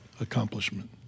accomplishment